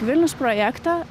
vilnius projektą